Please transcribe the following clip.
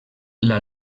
una